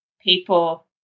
people